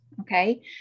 okay